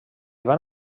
van